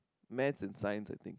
math and science I think